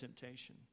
temptation